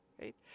right